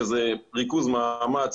שזה ריכוז מאמץ,